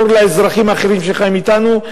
אור לאזרחים האחרים שחיים אתנו,